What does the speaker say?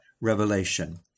Revelation